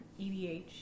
EDH